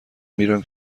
میرم